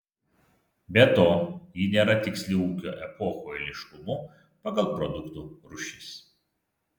be to ji nėra tiksli ūkio epochų eiliškumu pagal produktų rūšis